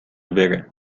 بره